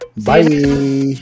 Bye